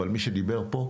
אבל מה שדיבר פה,